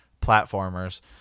platformers